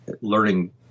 learning